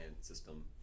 system